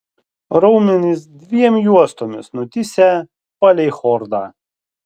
raumenys dviem juostomis nutįsę palei chordą